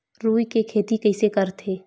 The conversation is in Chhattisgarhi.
रुई के खेती कइसे करथे?